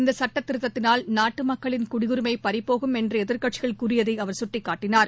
இன்று சுட்ட திருத்தத்தினால் நாட்டு மக்களின் குடியுரிமை பறிபோகும் என்று எதிர்க்கட்சிகள் கூறியதை அவர் சுட்டிக்காட்டினார்